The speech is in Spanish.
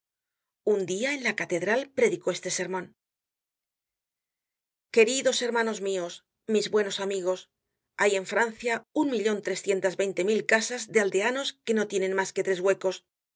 un dia en la catedral predicó este sermon content from google book search generated at queridos hermanos mios mis buenos amigos hay en francia un millon trescientas veinte mil casas de aldeanos que no tienen mas que tres huecos